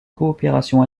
coopération